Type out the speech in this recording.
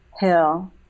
hill